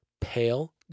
pale